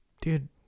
dude